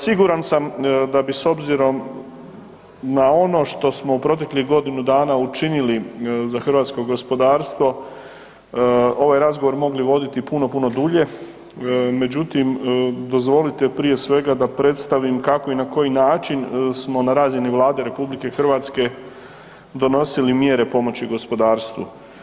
Siguran sam da bi s obzirom na ono što smo u proteklih godinu dana učinili za hrvatsko gospodarstvo ovaj razgovor mogli voditi puno, puno dulje, međutim dozvolite prije svega da predstavim kako i na koji način smo na razini Vlade RH donosili mjere pomoći gospodarstvu.